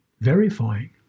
verifying